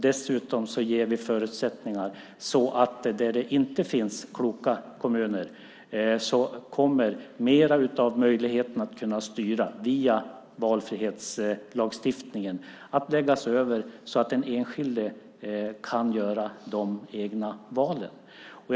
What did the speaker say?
Dessutom ger vi förutsättningar för den enskilde att kunna styra via valfrihetslagstiftningen i kommuner som inte är så kloka.